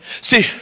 See